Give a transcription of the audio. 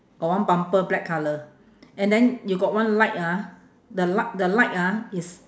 got one bumper black colour and then you got one light ah the li~ the light ah is